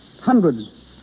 Hundreds